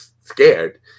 scared